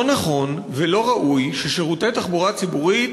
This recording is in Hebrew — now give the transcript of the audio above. לא נכון ולא ראוי ששירותי תחבורה ציבורית